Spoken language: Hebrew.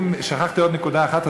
שכחתי עוד נקודה אחת,